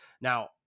Now